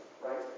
right